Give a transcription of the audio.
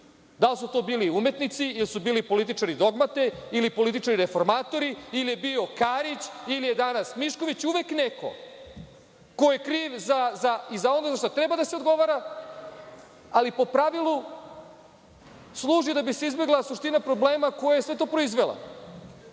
da li su to bili umetnici ili su bili političari dogmate ili političari reformatori ili je bio Karić ili je danas Mišković, uvek neko ko je kriv i za ono za šta treba da se odgovara, ali po pravilu služi da bi se izbegla suština problema koja je sve to proizvela. Nije